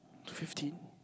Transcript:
fifteen